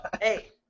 Hey